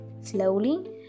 Slowly